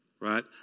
right